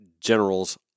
General's